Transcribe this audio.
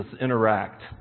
interact